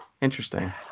interesting